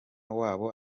wabo